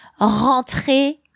rentrer